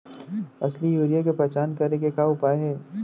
असली यूरिया के पहचान करे के का उपाय हे?